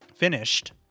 Finished